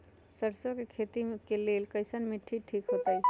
सरसों के खेती के लेल कईसन मिट्टी ठीक हो ताई?